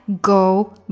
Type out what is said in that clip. go